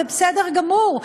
זה בסדר גמור,